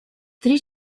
три